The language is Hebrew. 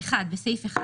בסעיף 1,